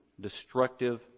destructive